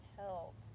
help